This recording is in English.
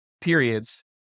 periods